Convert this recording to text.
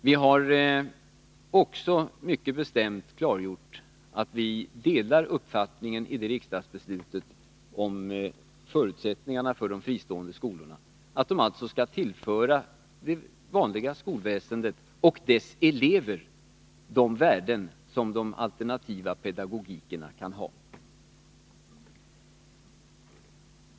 Vi har också mycket bestämt klargjort att vi delar uppfattningen i det riksdagsbeslutet om förutsättningarna för de fristående skolorna, att de alltså skall tillföra det vanliga skolväsendet och dess elever de värden som de alternativa pedagogikerna kan ha.